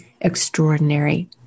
Extraordinary